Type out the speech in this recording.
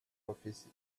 office